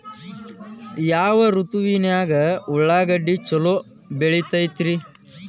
ಯಾವ ಋತುವಿನಾಗ ಉಳ್ಳಾಗಡ್ಡಿ ಛಲೋ ಬೆಳಿತೇತಿ ರೇ?